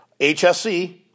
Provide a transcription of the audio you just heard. HSC